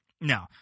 no